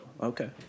okay